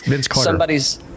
somebody's